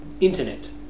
internet